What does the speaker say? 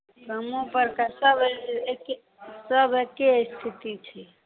गामो परका सभ एके स्थिति छै